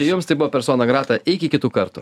jums tai buvo persona grata iki kitų kartų